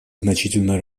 значительно